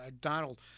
Donald